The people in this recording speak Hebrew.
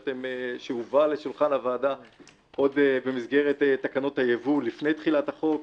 שהובא לשולחן הוועדה עוד במסגרת תקנות הייבוא לפני תחילת החוק,